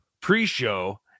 pre-show